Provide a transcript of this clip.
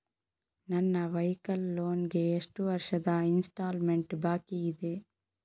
ನನ್ನ vehicle loan ಗೆ ಎಷ್ಟು ವರ್ಷದ ಇನ್ಸ್ಟಾಲ್ಮೆಂಟ್ ಬಾಕಿ ಇದೆ?